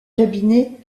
cabinet